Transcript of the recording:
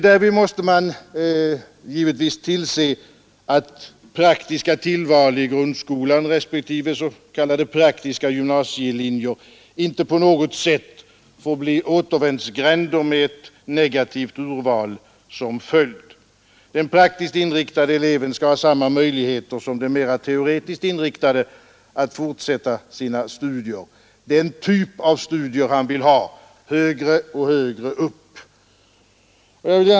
Därvid måste givetvis tillses att praktiska tillval i grundskolan respektive s.k. praktiska gymnasielinjer inte på något sätt får bli återvändsgänder med ett negativt urval som följd. Den praktiskt inriktade eleven skall ha samma möjligheter som de mera teoretiskt inriktade att fortsätta sina studier — den typ av studier han vill ha — högre och högre upp.